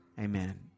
Amen